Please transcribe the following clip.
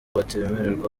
batemerewe